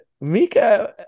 Mika